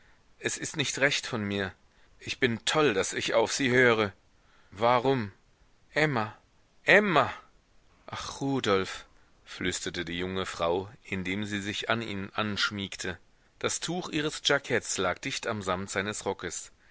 es ist nicht recht von mir ich bin toll daß ich auf sie höre warum emma emma ach rudolf flüsterte die junge frau indem sie sich an ihn anschmiegte das tuch ihres jacketts lag dicht am samt seines rockes